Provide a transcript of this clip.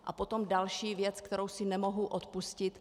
A potom další věc, kterou si nemohu odpustit.